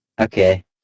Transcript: Okay